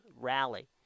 rally